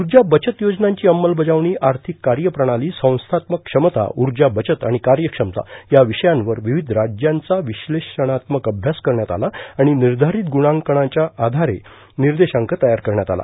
ऊर्जा बच्त योजनांची अंमलबजावणी आर्थिक कार्यप्रणाली संस्थात्मक क्षमता ऊर्जा बचत आणि कार्यक्षमता या विषयांवर विविध राज्यांचा विश्लेषणात्मक अभ्यास करण्यात आला आणि निर्धारित गुणांकणाच्या आयारे निर्देशांक तयार करण्यात आला